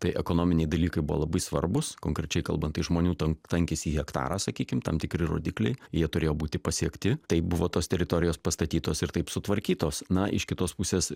tai ekonominiai dalykai buvo labai svarbus konkrečiai kalbant tai žmonių ten tankis į hektarą sakykim tam tikri rodikliai jie turėjo būti pasiekti tai buvo tos teritorijos pastatytos ir taip sutvarkytos na iš kitos pusės